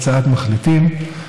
הצעת מחליטים.